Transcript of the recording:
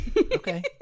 Okay